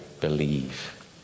believe